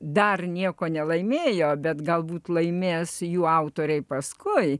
dar nieko nelaimėjo bet galbūt laimės jų autoriai paskui